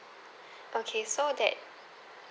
okay so that